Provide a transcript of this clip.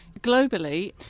Globally